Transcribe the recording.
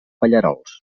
pallerols